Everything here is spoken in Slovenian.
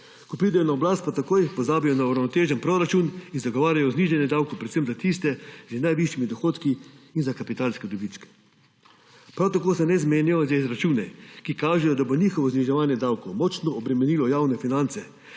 Ko pridejo na oblast, pa takoj pozabijo na uravnotežen proračun in zagovarjajo znižanje davkov predvsem za tiste z najvišjimi dohodki in za kapitalske dobičke. Prav tako se ne zmenijo za izračune, ki kažejo, da bo njihovo zniževanje davkov močno obremenilo javne finance